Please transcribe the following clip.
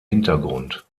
hintergrund